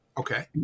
Okay